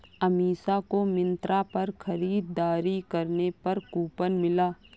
अमीषा को मिंत्रा पर खरीदारी करने पर कूपन मिला